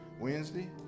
wednesday